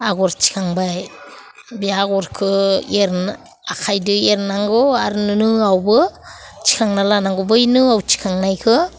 आग'र थिखांबाय बे आग'रखौ एरनो आखायजों एरनांगौ आरो नोआवबो थिखांना लानांगौ बै नोआव थिखांनायखौ